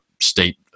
state